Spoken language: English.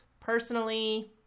personally